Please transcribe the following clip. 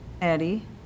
Eddie